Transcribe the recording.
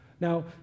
Now